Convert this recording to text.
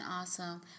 awesome